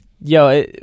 Yo